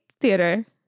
Theater